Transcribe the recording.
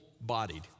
bodied